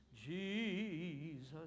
Jesus